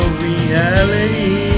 reality